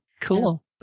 Cool